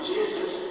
Jesus